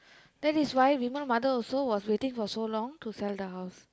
that is why Vimal mother also was waiting for so long to sell the house